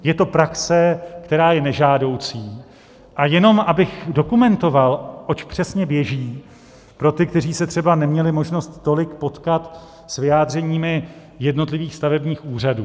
Je to praxe, která je nežádoucí, a jenom abych dokumentoval, oč přesně běží, pro ty, kteří se třeba neměli možnost tolik potkat s vyjádřeními jednotlivých stavebních úřadů.